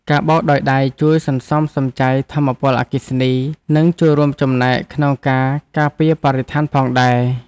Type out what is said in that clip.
ការបោកដោយដៃជួយសន្សំសំចៃថាមពលអគ្គិសនី និងចូលរួមចំណែកក្នុងការការពារបរិស្ថានផងដែរ។